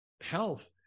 health